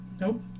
nope